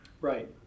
Right